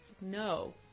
no